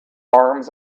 arms